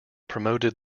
promoted